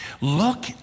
Look